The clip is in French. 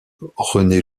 rené